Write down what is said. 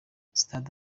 stade